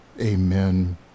amen